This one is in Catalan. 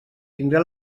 tindrà